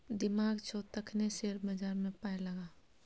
दिमाग छौ तखने शेयर बजारमे पाय लगा